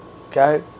Okay